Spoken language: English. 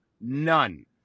None